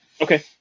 Okay